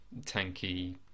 tanky